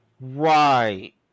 Right